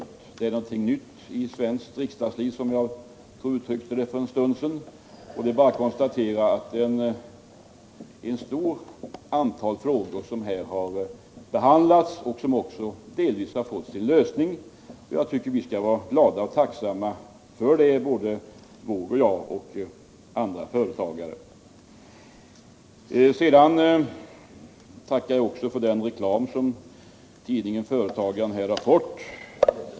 Det är, som jag uttryckte det för en stund sedan, någonting nytt i svenskt riksdagsliv, och det är bara att konstatera att ett stort antal frågor här har behandlats och delvis fått sin lösning. Jag tycker att såväl Nils Erik Wååg och jag som andra företagare skall vara glada och tacksamma för det. Jag tackar för den reklam som tidningen Företagaren här har fått.